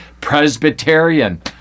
presbyterian